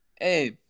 hey